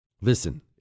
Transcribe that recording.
Listen